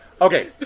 Okay